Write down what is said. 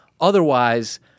Otherwise